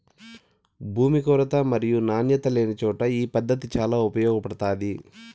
భూమి కొరత మరియు నాణ్యత లేనిచోట ఈ పద్దతి చాలా ఉపయోగపడుతాది